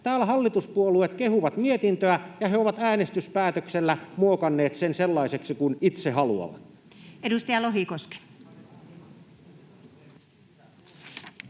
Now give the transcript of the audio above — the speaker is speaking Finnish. Täällä hallituspuolueet kehuvat mietintöä, ja he ovat äänestyspäätöksellä muokanneet sen sellaiseksi kuin itse haluavat. [Speech